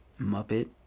Muppet